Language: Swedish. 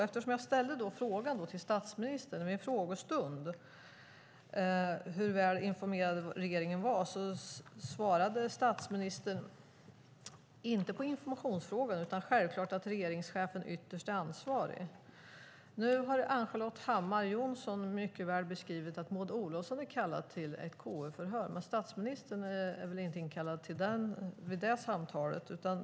När jag ställde frågan till statsministern vid en frågestund hur väl informerad regeringen var svarade inte statsministern på informationsfrågan men sade att självklart är regeringschefen ytterst ansvarig. Nu har Ann-Charlotte Hammar Johnsson mycket väl beskrivit att Maud Olofsson är kallad till ett KU-förhör, men statsministern är väl inte kallad till detta.